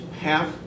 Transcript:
half